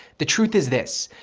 the truth is this,